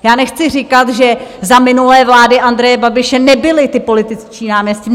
Já nechci říkat, že za minulé vlády Andreje Babiše nebyli ti političtí náměstci.